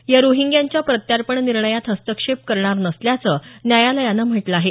या रोहिंग्यांच्या प्रत्यर्पण निर्णयात हस्तक्षेप करणार नसल्यानं न्यायालयानं म्हटलं आहे